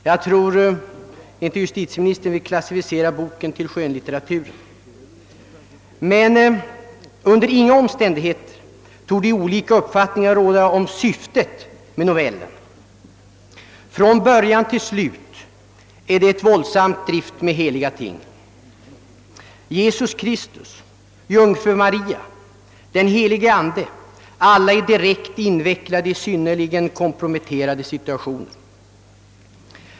Jag tror inte att justitieministern vill klassificera boken som skönlitteratur. Under inga omständigheter borde dock olika uppfattningar råda om syftet med novellen. Det är från början till slut en våldsam drift med heliga ting. Jesus Kristus, Jungfru Maria, Den Helige Ande, alla är direkt invecklade i synnerligen komprometterande situationer.